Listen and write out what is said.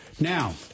Now